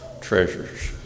treasures